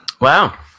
Wow